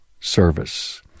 service